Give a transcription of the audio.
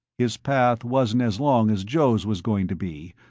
his path wasn't as long as joe's was going to be,